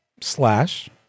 slash